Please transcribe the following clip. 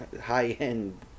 high-end